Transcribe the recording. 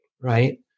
right